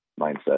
mindset